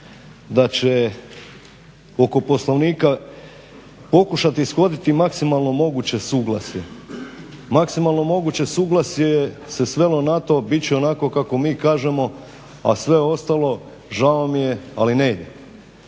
da će oko Poslovnika pokušati iskoristiti maksimalno moguće suglasje. Maksimalno moguće suglasje se svelo na to bit će onako kako mi kažemo, a sve ostalo žao mi je, ali ne.